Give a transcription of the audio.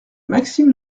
maxime